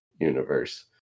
universe